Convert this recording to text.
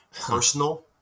personal